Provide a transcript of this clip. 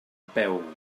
peu